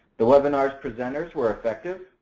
the webinar's presenters were effective.